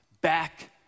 Back